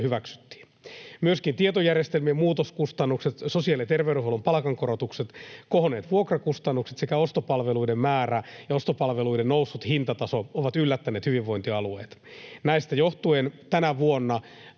hyväksyttiin. Myöskin tietojärjestelmien muutoskustannukset, sosiaali- ja terveydenhuollon palkankorotukset, kohonneet vuokrakustannukset sekä ostopalveluiden määrä ja ostopalveluiden noussut hintataso ovat yllättäneet hyvinvointialueet. Näistä johtuen tänä vuonna,